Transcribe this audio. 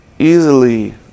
easily